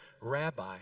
rabbi